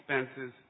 expenses